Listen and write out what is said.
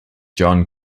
john